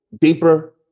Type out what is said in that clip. deeper